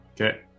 Okay